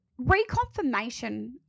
reconfirmation